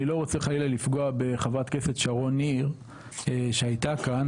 אני לא רוצה חלילה לפגוע בחברת הכנסת שרון ניר שהייתה כאן,